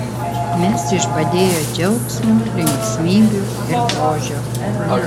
mes išbadėję džiaugsmo linksmybių ir grožio